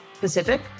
Pacific